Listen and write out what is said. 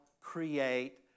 create